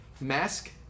mask